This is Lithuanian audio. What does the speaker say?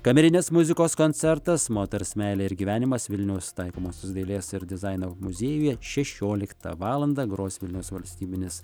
kamerinės muzikos koncertas moters meilė ir gyvenimas vilniaus taikomosios dailės ir dizaino muziejuje šešioliktą valandą gros vilniaus valstybinis